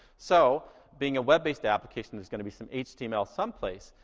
so being a web-based application, there's gonna be some html someplace.